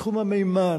בתחום המימן.